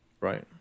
Right